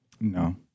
No